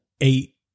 eight